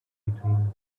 between